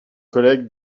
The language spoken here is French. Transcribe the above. collègue